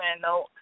No